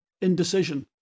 indecision